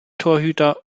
torhüter